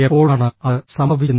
എപ്പോഴാണ് അത് സംഭവിക്കുന്നത്